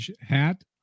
hat